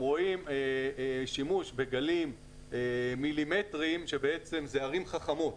רואים שימוש בגלים מילימטריים שבעצם אלו ערים חכמות.